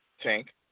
Tank